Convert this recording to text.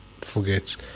forgets